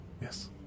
yes